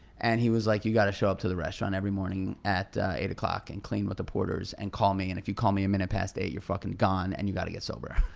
and he was like you gotta show up to the restaurant every morning at eight o'clock and clean with the porters and call me, and if you call me a minute past eight you're fuckin' gone and you gotta get sober.